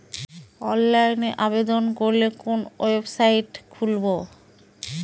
অনলাইনে আবেদন করলে কোন ওয়েবসাইট খুলব?